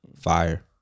fire